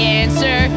answer